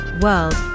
world